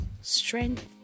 strength